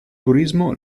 turismo